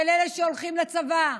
של אלה שהולכים לצבא,